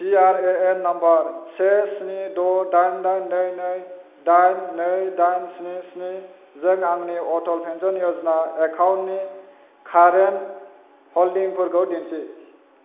P R A N number से स्नि द' दाइन दाइन नै नै दाइन नै दाइन स्नि स्नि जों आंनि अटल पेन्सन य'जना एकाउन्टनि कारेन्ट हल्डिंफोरखौ दिन्थि